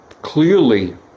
clearly